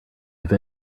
have